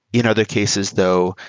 in other cases though,